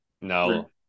no